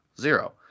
Zero